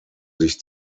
sich